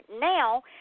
Now